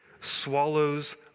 swallows